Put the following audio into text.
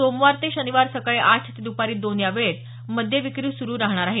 सोमवार ते शनिवार सकाळी आठ ते द्पारी दोन या वेळेत मद्य विक्री सुरु राहणार आहे